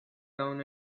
down